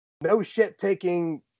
no-shit-taking